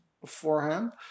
beforehand